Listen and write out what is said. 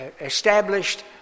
established